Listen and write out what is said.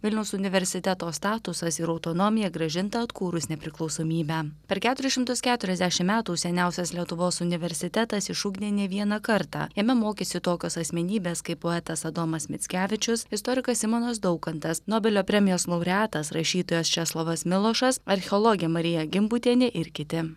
vilniaus universiteto statusas ir autonomija grąžinta atkūrus nepriklausomybę per keturis šimtus keturiasdešim metų seniausias lietuvos universitetas išugdė ne vieną kartą jame mokėsi tokios asmenybės kaip poetas adomas mickevičius istorikas simonas daukantas nobelio premijos laureatas rašytojas česlovas milošas archeologė marija gimbutienė ir kiti